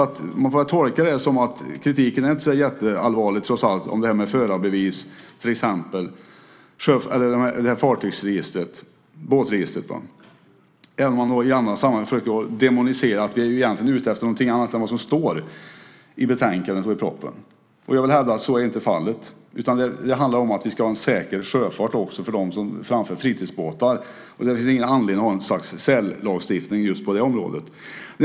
Vi får väl tolka det som att kritiken trots allt inte är så jätteallvarlig mot till exempel båtregistret, även om man i andra sammanhang försöker demonisera oss och säger att vi egentligen är ute efter någonting annat än vad som står i betänkandet och propositionen. Jag vill hävda att så inte är fallet utan att det handlar om att vi ska ha en säker sjöfart också för dem som framför fritidsbåtar. Det finns ingen anledning att ha någon slags särlagstiftning just på det området.